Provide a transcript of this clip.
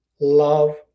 love